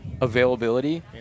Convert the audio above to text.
availability